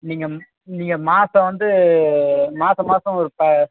நீங்கள் நீங்கள் மாதம் வந்து மாத மாதம் ஒரு ப